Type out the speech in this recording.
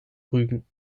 rügen